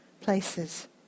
places